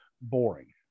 boring